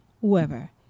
whoever